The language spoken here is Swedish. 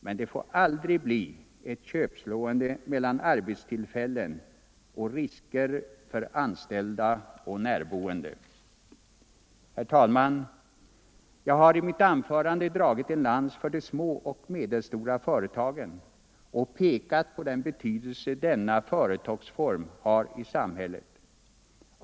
Men det får aldrig bli ett köpslående mellan arbetstillfällen och risker för anställda och närboende. Herr talman! Jag har i mitt anförande dragit en lans för de små och medelstora företagen och pekat på den betydelse denna företagsform har i samhället.